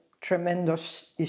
tremendous